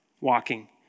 walking